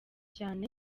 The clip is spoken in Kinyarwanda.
cyane